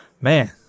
man